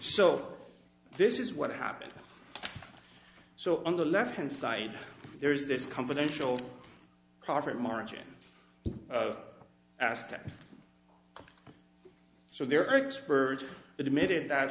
so this is what happened so on the left hand side there is this confidential profit margin aspect so there are experts admitted that